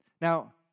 Now